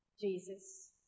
Jesus